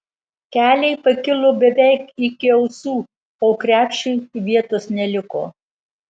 keliai pakilo beveik iki ausų o krepšiui vietos neliko